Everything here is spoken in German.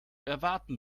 erwarten